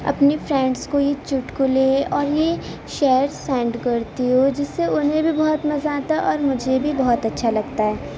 اپنی فرینڈس کو یہ چٹکلے اور یہ شعر سینڈ کرتی ہوں جس سے انہیں بھی بہت مزہ آتا ہے اور مجھے بھی بہت اچھا لگتا ہے